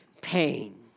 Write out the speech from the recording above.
pain